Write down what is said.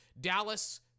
Dallas